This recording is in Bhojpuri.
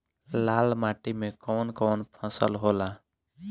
लाल माटी मे कवन कवन फसल होला?